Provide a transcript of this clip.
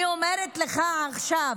אני אומרת לך עכשיו,